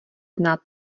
znát